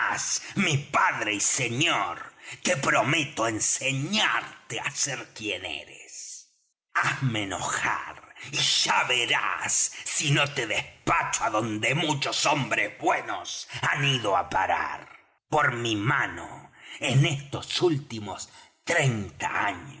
mi padre y señor que prometo enseñarte á ser quien eres hazme enojar y ya verás si no te despacho á donde muchos hombres buenos han ido á parar por mi mano en estos últimos treinta años